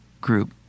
group